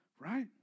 right